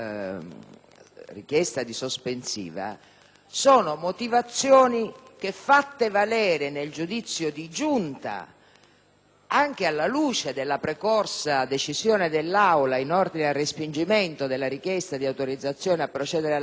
richiesta di sospensiva sono motivazioni che, fatte valere nel giudizio di Giunta, anche alla luce della precorsa decisione dell'Aula in ordine al respingimento della richiesta di autorizzazione a procedere all'arresto,